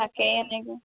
তাকে এনেকৈ